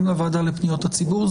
גם לוועדה לפניות הציבור.